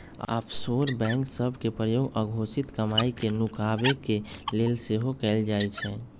offshore bank सभ के प्रयोग अघोषित कमाई के नुकाबे के लेल सेहो कएल जाइ छइ